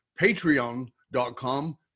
patreon.com